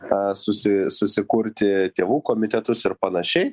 e susi susikurti tėvų komitetus ir panašiai